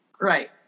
Right